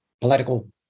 political